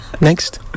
Next